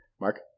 Mark